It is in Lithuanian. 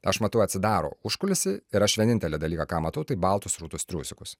aš matau atsidaro užkulisiai ir aš vienintelį dalyką ką matau tai baltus rūtos triusikus